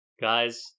guys